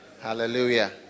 hallelujah